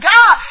God